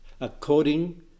according